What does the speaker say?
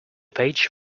page